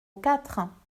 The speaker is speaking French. quatre